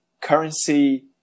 currency